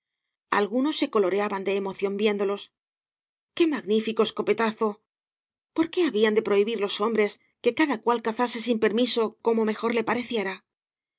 algunos se colorea ban de emoción viéndolos qué magnífico escopetazo por qué habían de prohibir los hombres que cada cual cazase sin permiso como mejor le pareciera